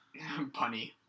punny